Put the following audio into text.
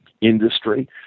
industry